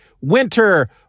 winter